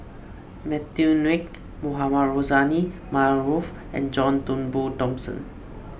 Matthew Ngui Mohamed Rozani Maarof and John Turnbull Thomson